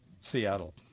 Seattle